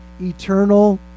eternal